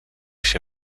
się